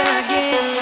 again